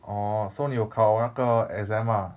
orh so 你有考那个 exam ah